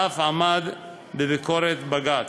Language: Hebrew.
ואף עמד בביקורת בג"ץ.